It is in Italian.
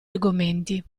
argomenti